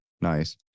nice